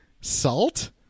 salt